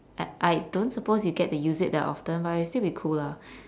I I don't suppose you get to use it that often but it'll still be cool lah